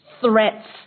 threats